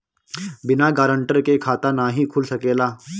बिना गारंटर के खाता नाहीं खुल सकेला?